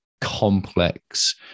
complex